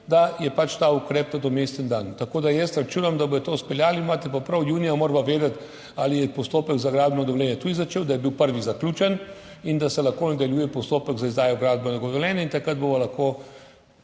da je dan ta nadomesten ukrep, tako da jaz računam, da bodo to izpeljali. Imate pa prav, junija morava vedeti, ali se je postopek za gradbeno dovoljenje tudi začel, da je bil prvi zaključen in da se lahko nadaljuje postopek za izdajo gradbenega dovoljenja. Takrat bova lahko